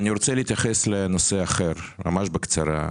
אני רוצה להתייחס לנושא אחרי ממש בקצרה.